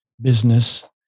business